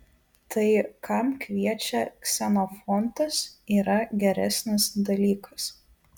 tai kam kviečia ksenofontas yra geresnis dalykas